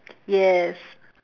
yes